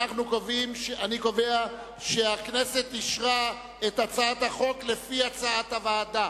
אני קובע שהכנסת אישרה את הצעת החוק לפי הצעת הוועדה.